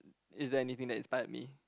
is there anything that inspired me